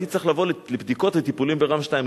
הייתי צריך לבוא לבדיקות ולטיפולים בר"מ 2,